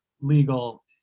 legal